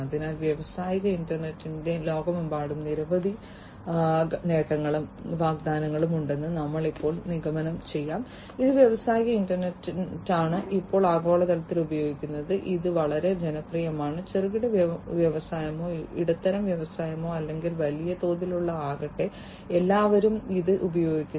അതിനാൽ വ്യാവസായിക ഇന്റർനെറ്റിന് ലോകമെമ്പാടും നിരവധി നേട്ടങ്ങളും വാഗ്ദാനങ്ങളും ഉണ്ടെന്ന് ഇപ്പോൾ നിഗമനം ചെയ്യാം ഇത് വ്യാവസായിക ഇന്റർനെറ്റാണ് ഇപ്പോൾ ആഗോളതലത്തിൽ ഉപയോഗിക്കുന്നത് ഇത് വളരെ ജനപ്രിയമാണ് ചെറുകിട വ്യവസായമോ ഇടത്തരം വ്യവസായമോ അല്ലെങ്കിൽ വലിയ തോതിലുള്ളതോ ആകട്ടെ എല്ലാവരും ഇത് ഉപയോഗിക്കുന്നു